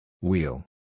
Wheel